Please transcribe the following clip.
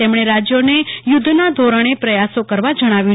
તેમણે રાજ્યોને યુધ્ધના ધોરણે પ્રયાસો કરવા જણાવ્યું